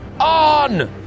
on